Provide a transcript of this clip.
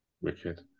Wicked